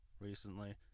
recently